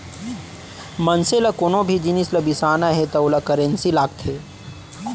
मनसे ल कोनो भी जिनिस ल बिसाना हे त ओला करेंसी लागथे